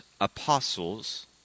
apostles